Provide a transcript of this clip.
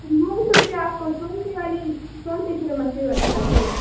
مول جول کے آپ کو سو روپے والی سو روپے کلو مچھلی چاہیے